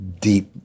deep